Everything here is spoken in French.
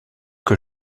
que